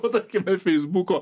vat tokie per feisbuko